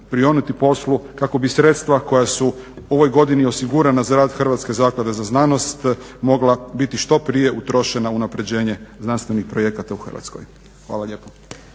prionuti poslu kako bi sredstva koja su u ovoj godini osigurana za rad Hrvatske zaklade za znanost mogla biti što prije utrošena unaprjeđenje znanstvenih projekata u Hrvatskoj. Hvala lijepa.